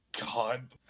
god